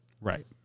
Right